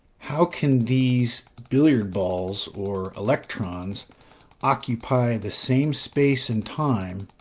how can these billiard balls or electrons occupy the same space and time,